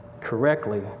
correctly